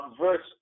verse